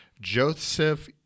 Joseph